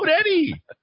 Eddie